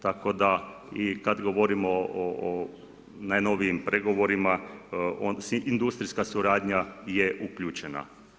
Tako da i kad govorimo o najnovijim pregovorima, industrijska suradnja je uključena.